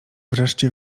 nareszcie